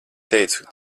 teicu